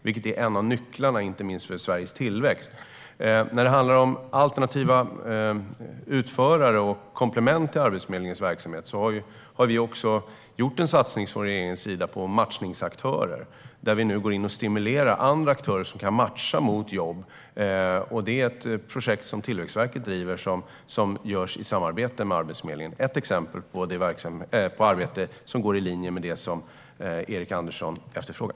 Detta är en av nycklarna, inte minst för Sveriges tillväxt. När det handlar om alternativa utförare och komplement till Arbetsförmedlingens verksamhet har regeringen gjort en satsning på matchningsaktörer. Vi går nu in och stimulerar andra aktörer som kan matcha mot jobb. Detta projekt drivs av Tillväxtverket i samarbete med Arbetsförmedlingen och är ett exempel på arbete som går i linje med det som Erik Andersson efterfrågar.